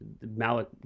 malik